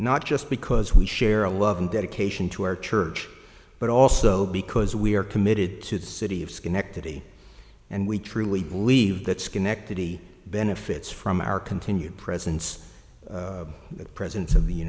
not just because we share a love and dedication to our church but also because we are committed to the city of schenectady and we truly believe that schenectady benefits from our continued presence of presence of the